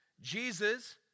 Jesus